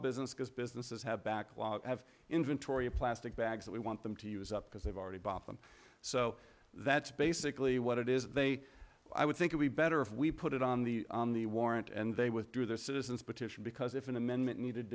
business because businesses have backlog have inventory of plastic bags that we want them to use up because they've already bought them so that's basically what it is they i would think it would be better if we put it on the on the warrant and they withdrew their citizens petition because if an amendment needed